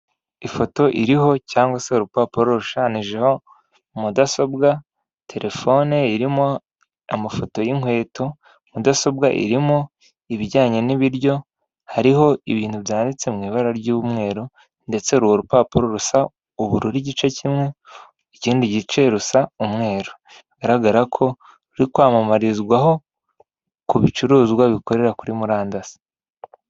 Ifoto iriho cyangwa se urupapuro rushushanijeho mudasobwa, telefone irimo amafoto y'inkweto mudasobwa irimo ibijyanye n'ibiryo hariho ibintu byanditse mu ibara ry'umweru ndetse uruwo rupapuro rusa uburura igice kimwe ikindi gice rusa umweru bigaragara ko ruri kwamamarizwaho ku bicuruzwa bikorera kuri murandasi.